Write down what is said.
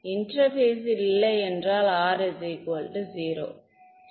interface இல்லை என்றால் R 0